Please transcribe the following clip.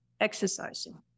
exercising